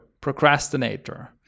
procrastinator